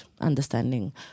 understanding